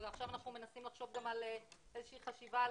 ועכשיו אנחנו מנסים לחשוב על איזושהי חשיבה על